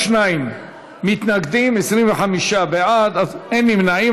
42 מתנגדים, 25 בעד, אין נמנעים.